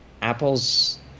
Apples